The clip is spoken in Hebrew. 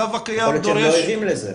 יכול להיות שהם לא ערים לזה.